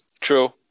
True